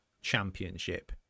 championship